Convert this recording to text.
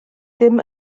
ddim